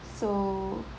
so